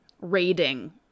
raiding